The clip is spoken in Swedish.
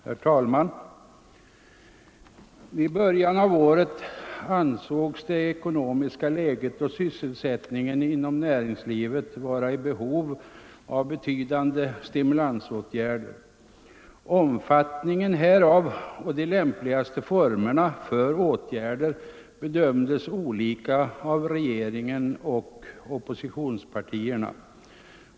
Herr talman! I början av året ansågs det ekonomiska läget och sysselsättningen inom näringslivet vara i behov av betydande stimulansåtgärder. Åtgärdernas omfattning och de lämpligaste formerna för dem hade regeringen och oppositionspartierna olika meningar om.